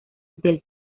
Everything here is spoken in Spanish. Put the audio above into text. del